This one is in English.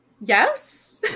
Yes